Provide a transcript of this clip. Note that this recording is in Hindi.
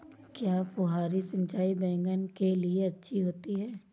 क्या फुहारी सिंचाई बैगन के लिए अच्छी होती है?